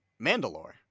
Mandalore